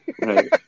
right